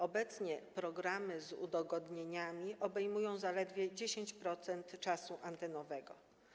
Obecnie programy z udogodnieniami obejmują zaledwie 10% czasu antenowego.